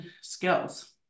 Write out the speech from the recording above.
skills